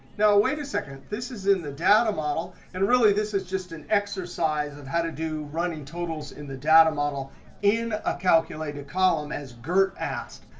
now, wait a second. this is in the data model. and really, this is just an exercise of how to do running totals in the data model in a calculated column, as geert asked.